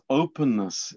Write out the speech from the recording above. openness